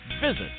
Visit